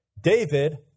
David